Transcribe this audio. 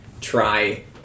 try